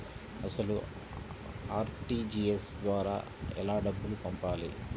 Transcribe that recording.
అసలు అర్.టీ.జీ.ఎస్ ద్వారా ఎలా డబ్బులు పంపాలి?